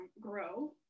grow